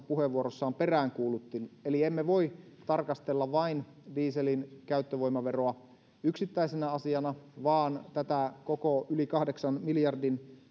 puheenvuorossaan peräänkuulutti emme voi tarkastella vain dieselin käyttövoimaveroa yksittäisenä asiana vaan tätä koko yli kahdeksan miljardin